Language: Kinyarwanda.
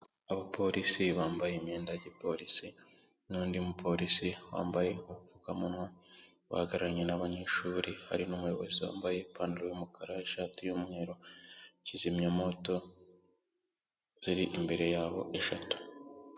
Abapolisi bambaye imyenda ya gipolisi, n'undi mupolisi wambaye agapfukamunwa, wahagararanye n'abanyeshuri, hari n'umuyobozi wambaye ipantaro y'umukara, ishati y'umweru, kizimya mwoto ziri imbere yabo eshatu.